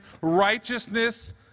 righteousness